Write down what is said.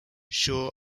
shaw